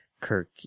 Kirk